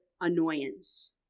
annoyance